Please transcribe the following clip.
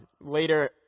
Later